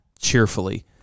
cheerfully